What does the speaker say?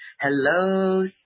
Hello